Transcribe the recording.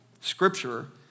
scripture